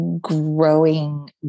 growing